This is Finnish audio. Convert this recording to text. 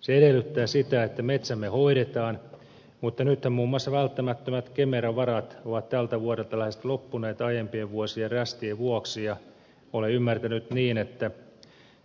se edellyttää sitä että metsämme hoidetaan mutta nythän muun muassa välttämättömät kemera varat ovat tältä vuodelta lähes loppuneet aiempien vuosien rästien vuoksi ja olen ymmärtänyt niin että